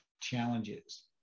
challenges